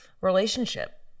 relationship